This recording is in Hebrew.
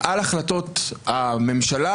על החלטות הממשלה,